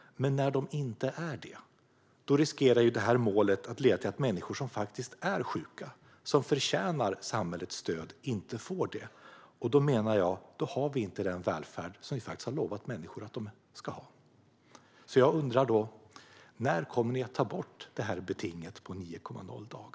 Men när så inte är fallet riskerar detta mål att leda till att människor som faktiskt är sjuka och förtjänar samhällets stöd inte får det. Då menar jag att vi inte har den välfärd som vi har lovat människor. Så jag undrar: När kommer ni att ta bort betinget på 9,0 dagar?